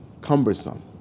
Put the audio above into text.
cumbersome